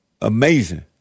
Amazing